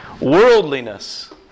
Worldliness